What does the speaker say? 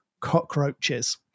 cockroaches